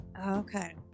Okay